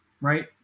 right